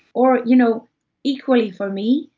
or, you know equally for me,